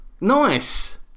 Nice